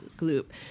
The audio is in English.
loop